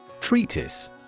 Treatise